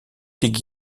étaient